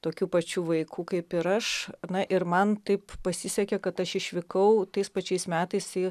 tokių pačių vaikų kaip ir aš na ir man taip pasisekė kad aš išvykau tais pačiais metais į